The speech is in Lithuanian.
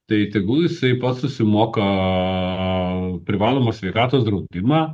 tai tegul jisai pats susimoka privalomo sveikatos draudimą